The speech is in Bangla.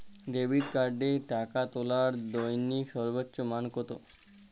ডেবিট কার্ডে টাকা তোলার দৈনিক সর্বোচ্চ মান কতো?